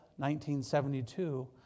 1972